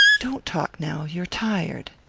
don't talk now you're tired.